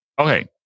okay